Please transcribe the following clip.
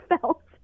felt